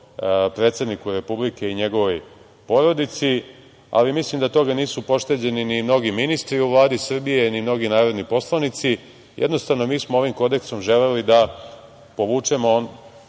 predsedniku Republike i njegovoj porodici. Nisu toga pošteđeni ni mnogi ministri u Vladi Srbije, ni mnogi narodni poslanici. Jednostavno, mi smo ovim kodeksom želeli da povučemo